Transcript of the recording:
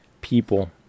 people